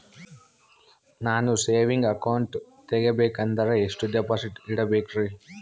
ನಾನು saving account ತೆಗಿಬೇಕಂದರ ಎಷ್ಟು ಡಿಪಾಸಿಟ್ ಇಡಬೇಕ್ರಿ?